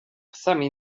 psami